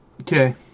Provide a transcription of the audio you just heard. Okay